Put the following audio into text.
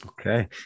Okay